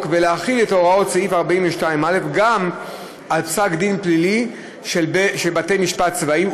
ולהחיל את הוראות סעיף 42א גם על פסק-דין פלילי של בתי-משפט צבאיים,